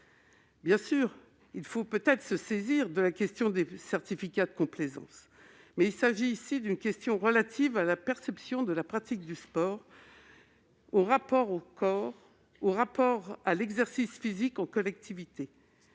Certes, il faut peut-être se saisir de la question des certificats de complaisance, mais il s'agit ici d'une question relative à la perception de la pratique du sport, ainsi qu'au rapport au corps et à l'exercice physique en collectivité.